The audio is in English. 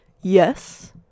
Yes